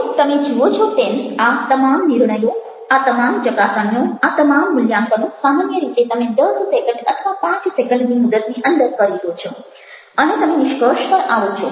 હવે તમે જુઓ છો તેમ આ તમામ નિર્ણયો આ તમામ ચકાસણીઓ આ તમામ મૂલ્યાંકનો સામાન્ય રીતે તમે દસ સેકન્ડ અથવા પાંચ સેકન્ડની મુદતની અંદર કરી લો છો અને તમે નિષ્કર્ષ પર આવો છો